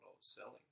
selling